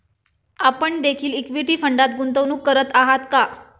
आपण देखील इक्विटी फंडात गुंतवणूक करत आहात का?